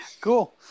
Cool